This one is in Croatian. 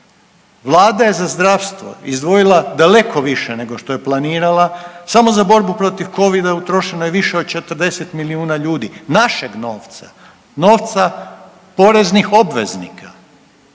Vlada je za zdravstvo izdvojila daleko više nego što je planirala, samo za borbu protiv covida utrošeno je više od 40 milijuna ljudi, našeg novca, novca poreznih obveznika.